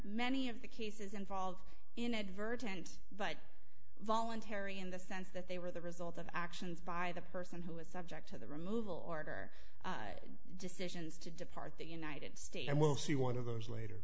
many of the cases involve inadvertent but voluntary in the sense that they were the result of actions by the person who is up to the removal order decisions to depart the united states and we'll see one of those later